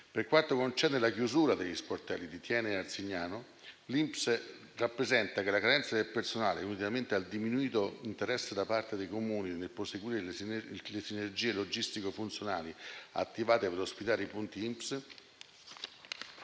Per quanto concerne la chiusura degli sportelli di Thiene e Arzignano, l'INPS rappresenta che la carenza del personale, unitamente al diminuito interesse da parte dei Comuni nel proseguire le sinergie logistico-funzionali attivate per ospitare i punti INPS,